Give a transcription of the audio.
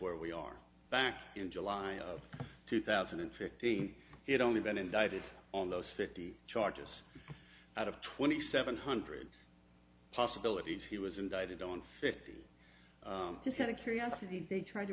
where we are back in july of two thousand and fifteen he had only been indicted on those fifty charges out of twenty seven hundred possibilities he was indicted on fifty two got a curiosity they tried to